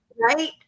Right